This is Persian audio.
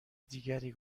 دیگری